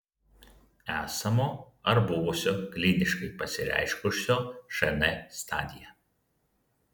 esamo ar buvusio kliniškai pasireiškusio šn stadija